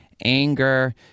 anger